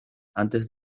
antes